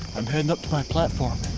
i'm heading up to my platform.